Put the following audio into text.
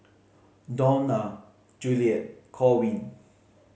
Dawna Juliet Corwin